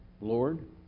Lord